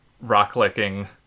rock-licking